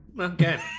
Okay